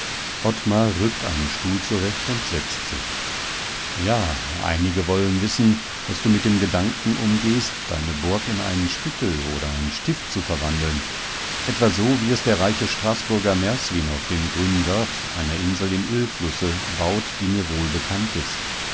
rückt einen stuhl zurecht und setzt sich ja einige wollen wissen daß du mit dem gedanken umgehst deine burg in einen spittel oder ein stift zu verwandeln etwa so wie es der reiche straßburger merswin auf dem grünen wörth einer insel im illflusse baut die mir wohl bekannt ist